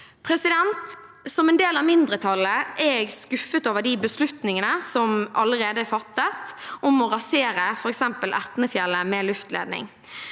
Som en del av mindretallet er jeg skuffet over de beslutningene som allerede er fattet, f.eks. om å rasere Etnefjellet med luftledning.